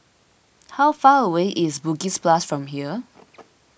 how far away is Bugis Plus from here